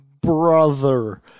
brother